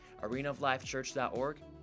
arenaoflifechurch.org